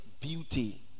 beauty